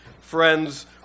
friends